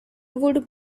would